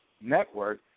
network